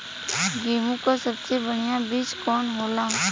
गेहूँक सबसे बढ़िया बिज कवन होला?